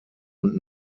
und